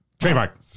Trademark